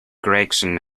gregson